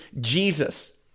Jesus